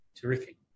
Terrific